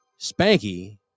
spanky